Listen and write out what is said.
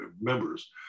members